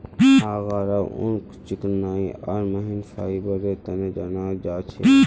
angora ऊन चिकनाई आर महीन फाइबरेर तने जाना जा छे